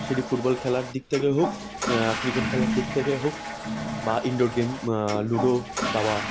সেটি ফুটবল খেলার দিক থেকে হোক ক্রিকেট খেলার দিক থেকে হোক বা ইনডোর গেম লুডো দাবা